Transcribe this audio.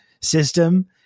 system